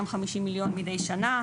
250 מיליון מידי שנה,